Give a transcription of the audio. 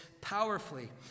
powerfully